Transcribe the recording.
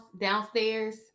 downstairs